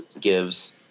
gives